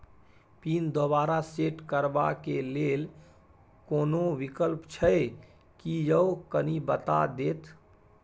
Pin दोबारा set करबा के लेल कोनो विकल्प छै की यो कनी बता देत?